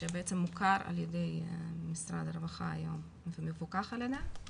שבעצם מוכר ע"י משרד הרווחה היום ומפוקח על ידיו.